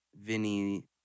Vinny